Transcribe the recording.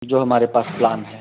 जो हमारे पास प्लान है